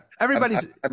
everybody's